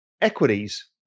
equities